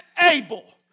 able